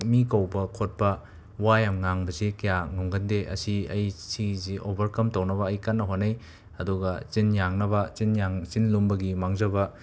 ꯃꯤ ꯀꯧꯕ ꯈꯣꯠꯄ ꯋꯥ ꯌꯥꯝꯅ ꯉꯥꯡꯕꯁꯤ ꯀꯌꯥ ꯉꯝꯒꯟꯗꯦ ꯑꯁꯤ ꯑꯩ ꯁꯤꯁꯦ ꯑꯣꯕꯔꯀꯝ ꯇꯧꯅꯕ ꯑꯩ ꯀꯟꯅ ꯍꯣꯠꯅꯩ ꯑꯗꯨꯒ ꯆꯤꯟ ꯌꯥꯡꯅꯕ ꯆꯤꯟ ꯌꯥꯡ ꯆꯤꯟ ꯂꯨꯝꯕꯒꯤ ꯃꯥꯡꯖꯕ